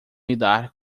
lidar